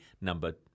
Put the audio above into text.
number